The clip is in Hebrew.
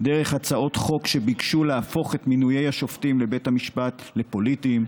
דרך הצעות חוק שביקשו להפוך את מינויי השופטים לבית המשפט לפוליטיים,